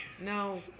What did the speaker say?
No